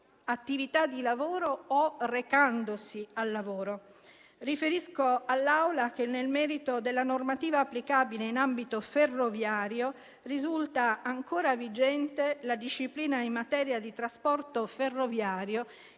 Riferisco all'Assemblea che, nel merito della normativa applicabile in ambito ferroviario, risulta ancora vigente la disciplina in materia di trasporto ferroviario che risale al